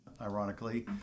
Ironically